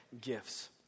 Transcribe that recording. gifts